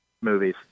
movies